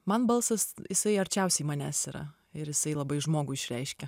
man balsas jisai arčiausiai manęs yra ir jisai labai žmogų išreiškia